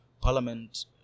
parliament